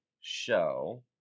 show